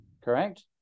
Correct